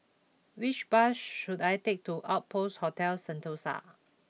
which bus should I take to Outpost Hotel Sentosa